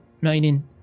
meaning